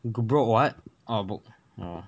go broke what oh book orh